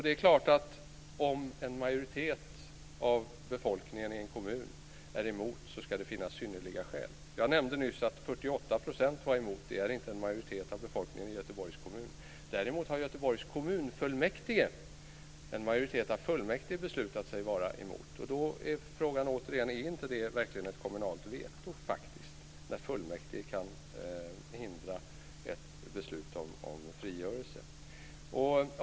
Det är klart att om en majoritet av befolkningen i en kommun är emot så ska det finnas synnerliga skäl. Jag nämnde nyss att 48 % var emot - det är inte en majoritet av befolkningen i Göteborgs kommun. Däremot har en majoritet av Göteborgs kommunfullmäktige beslutat sig vara emot, och då är frågan återigen: Är inte det verkligen ett kommunalt veto, när fullmäktige kan hindra ett beslut om frigörelse?